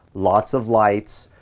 lots of lights,